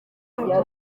bituma